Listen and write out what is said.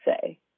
say